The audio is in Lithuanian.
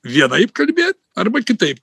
vienaip kalbė arba kitaip